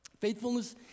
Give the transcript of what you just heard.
Faithfulness